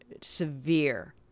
severe